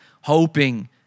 hoping